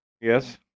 Yes